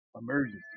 Emergency